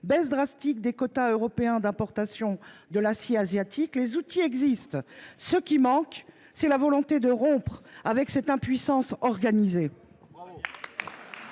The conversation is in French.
baisse drastique des quotas européens d'importation de l'acier asiatique, les outils existent. Ce qui manque, c'est la volonté de rompre avec cette impuissance organisée.